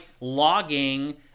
logging